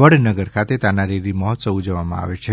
વડનગર ખાતે તાના રીરી મહોત્સવ ઉજવવામાં આવે છે